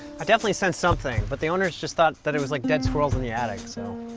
i definitely sensed something, but the owners just thought thought it was like dead squirrels in the attic, so.